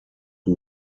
who